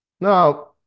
Now